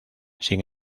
sin